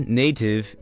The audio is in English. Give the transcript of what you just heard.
native